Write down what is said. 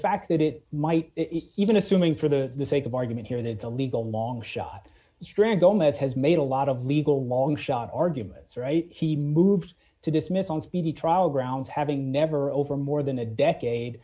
fact that it might even assuming for the sake of argument here that it's a legal longshot strand gomez has made a lot of legal longshot arguments right he moved to dismiss on speedy trial grounds having never over more than a decade